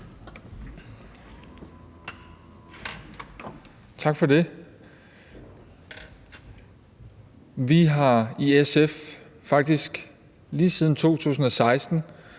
Tak for det. Vi har i SF faktisk lige siden 2016,